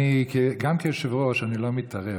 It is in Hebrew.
גם כיושב-ראש אני לא מתערב,